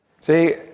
See